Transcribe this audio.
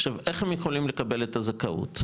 עכשיו איך הם יכולים לקבל את הזכאות?